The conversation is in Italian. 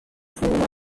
fumo